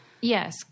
Yes